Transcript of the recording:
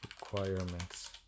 requirements